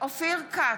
אופיר כץ,